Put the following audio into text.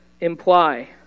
imply